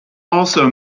also